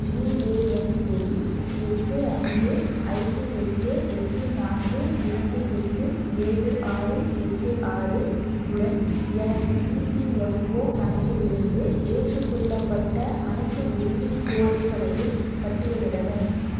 UAN எண் எட்டு ஐந்து ஐந்து எட்டு எட்டு நான்கு இரண்டு எட்டு ஏழு ஆறு எட்டு ஆறு உடன் எனது இபிஎஃப்ஓ கணக்கிலிருந்து ஏற்றுக்கொள்ளப்பட்ட அனைத்து உரிமைகோரல்களையும் பட்டியலிடவும்